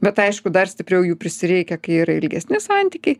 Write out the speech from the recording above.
bet aišku dar stipriau jų prisireikia kai yra ilgesni santykiai